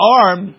arm